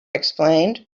explained